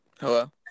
hello